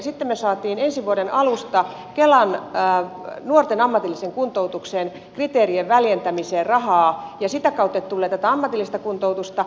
sitten me saimme ensi vuoden alusta kelan nuorten ammatilliseen kuntoutukseen kriteerien väljentämiseen rahaa ja sitä kautta tulee tätä ammatillista kuntoutusta